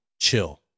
chill